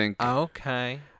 okay